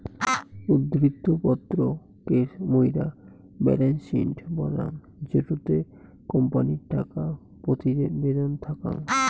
উদ্ধৃত্ত পত্র কে মুইরা বেলেন্স শিট বলাঙ্গ জেটোতে কোম্পানির টাকা প্রতিবেদন থাকাং